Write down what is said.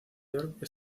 york